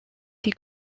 die